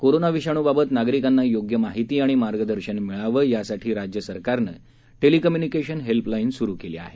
corona विषाणूबाबत नागरिकांना योग्य माहिती आणि मार्गदर्शन मिळावं यासाठी राज्य सरकारनं टेलिकम्य्निकेशन हेल्पलाईन सुरु केली आहे